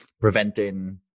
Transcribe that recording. preventing